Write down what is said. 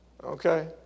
Okay